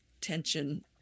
tension